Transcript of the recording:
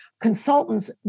consultants